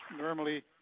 normally